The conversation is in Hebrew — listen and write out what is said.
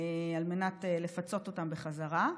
על מנת לפצות אותם בחזרה.